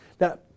Now